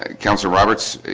ah councillor roberts,